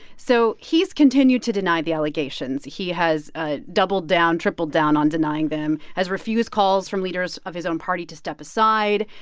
so he's continued to deny the allegations. he has ah doubled down, tripled down on denying them, has refused calls from leaders of his own party to step aside.